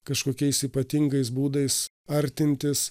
kažkokiais ypatingais būdais artintis